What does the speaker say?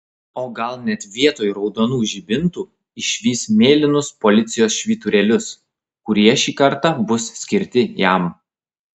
o gal net vietoj raudonų žibintų išvys mėlynus policijos švyturėlius kurie šį kartą bus skirti jam